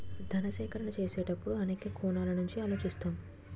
ధన సేకరణ చేసేటప్పుడు అనేక కోణాల నుంచి ఆలోచిస్తాం